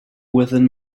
within